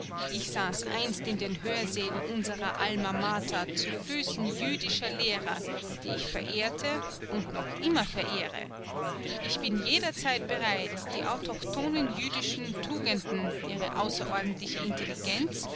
ich saß einst in den hörsälen unserer alma mater zu füßen jüdischer lehrer die ich verehrte und noch immer verehre ich bin jederzeit bereit die autochthonen jüdischen tugenden ihre außerordentliche intelligenz